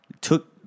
took